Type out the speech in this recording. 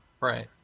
Right